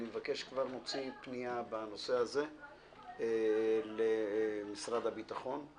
אני מבקש שכבר נוציא פנייה בנושא הזה למשרד הביטחון.